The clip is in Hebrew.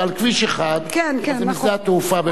זה על כביש 1. זה משדה התעופה,